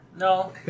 No